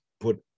put